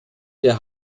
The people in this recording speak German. der